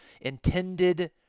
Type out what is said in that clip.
intended